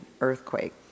earthquake